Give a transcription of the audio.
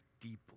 deeply